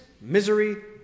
misery